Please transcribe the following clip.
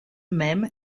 même